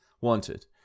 wanted